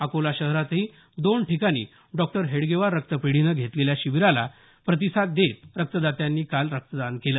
अकोला शहरातही दोन ठिकाणी डॉक्टर हेडगेवार रक्तपेढीनं घेतलेल्या शिबीराला प्रतिसाद देत रक्तदात्यांनी काल रक्तदान केलं